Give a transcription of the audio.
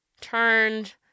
turned